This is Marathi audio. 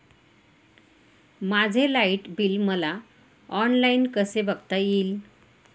माझे लाईट बिल मला ऑनलाईन कसे बघता येईल?